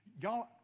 Y'all